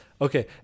Okay